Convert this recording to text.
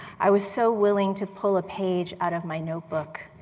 i was so willing to pull a page out of my notebook,